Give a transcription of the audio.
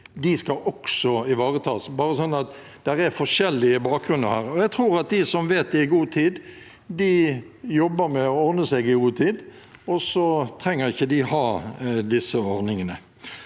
De skal også ivaretas. Det er forskjellige bakgrunner her, og jeg tror at de som vet det i god tid, jobber med å ordne seg i god tid, og så trenger de ikke ha disse ordningene.